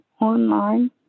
online